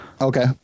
Okay